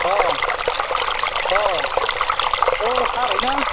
অঁ অঁ অ' ছাৰ হয় না